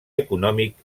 econòmic